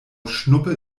schnuppe